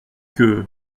que